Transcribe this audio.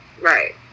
Right